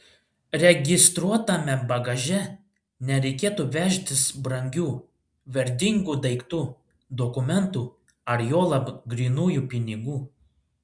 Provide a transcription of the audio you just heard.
registruotame bagaže nereikėtų vežtis brangių vertingų daiktų dokumentų ar juolab grynųjų pinigų